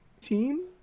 Team